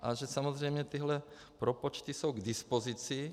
A že samozřejmě tyhle propočty jsou k dispozici.